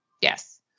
Yes